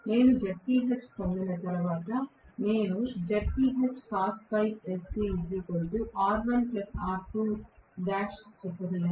నేను Zph ను పొందిన తర్వాత నేను చెప్పగలను